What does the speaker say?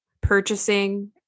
purchasing